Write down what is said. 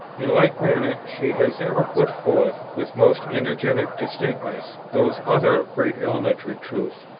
in like manner she has ever put forth, with most energetic distinctness, those other great elementary truths,